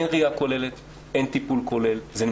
אין ראייה כוללת, אין טיפול כולל.